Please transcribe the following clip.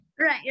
right